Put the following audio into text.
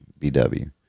BW